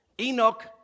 Enoch